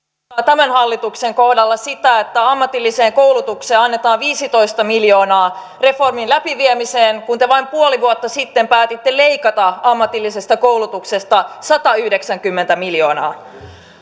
tämän hallituksen kohdalla sitä että ammatilliseen koulutukseen annetaan viisitoista miljoonaa reformin läpiviemiseen kun te vain puoli vuotta sitten päätitte leikata ammatillisesta koulutuksesta satayhdeksänkymmentä miljoonaa